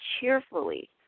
cheerfully